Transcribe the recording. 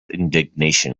indignation